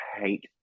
hate